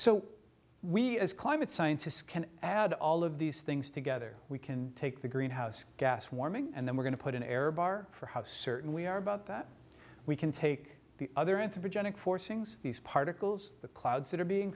so we as climate scientists can add all of these things together we can take the greenhouse gas warming and then we're going to put an error bar for how certain we are about that we can take the other anthropogenic forcings these particles the clouds that are being